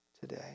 today